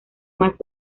más